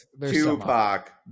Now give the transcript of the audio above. Tupac